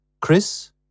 Chris